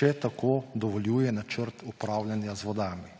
če tako dovoljuje načrt upravljanja z vodami.